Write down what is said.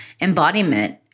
embodiment